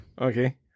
Okay